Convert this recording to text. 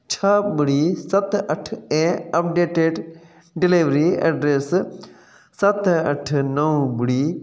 छह ॿुड़ी सत अठ ऐं अपडेटिड डिलेवरी एड्रस सत अठ नव ॿुड़ी